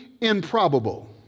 improbable